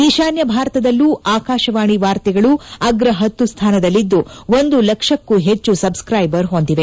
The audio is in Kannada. ಈಶಾನ್ಯ ಭಾರತದಲ್ಲೂ ಆಕಾಶವಾಣಿ ವಾರ್ತೆಗಳು ಅಗ್ರ ಹತ್ತು ಸ್ಥಾನದಲ್ಲಿದ್ದು ಒಂದು ಲಕ್ಷಕ್ಕೂ ಹೆಚ್ಚು ಸಬ್ಸ್ಕೈಬರ್ ಹೊಂದಿದೆ